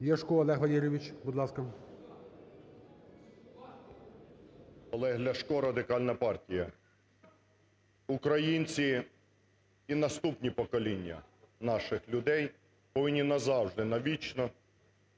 О.В. Олег Ляшко, Радикальна партія. Українці і наступні покоління наших людей повинні назавжди, навічно